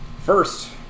First